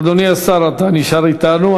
אדוני השר, אתה נשאר אתנו.